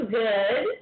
good